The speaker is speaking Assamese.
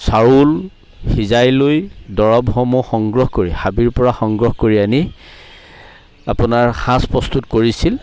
চাউল সিজাই লৈ দৰৱসমূহ সংগ্ৰহ কৰি হাবিৰ পৰা সংগ্ৰহ কৰি আনি আপোনাৰ সাঁজ প্ৰস্তুত কৰিছিল